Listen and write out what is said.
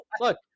look